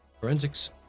forensics